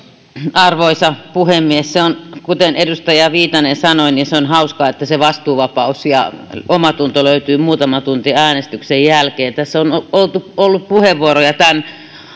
arvoisa puhemies kuten edustaja viitanen sanoi niin se on hauskaa että se vastuuvapaus ja omatunto löytyy muutama tunti äänestyksen jälkeen tässä on ollut puheenvuoroja tämän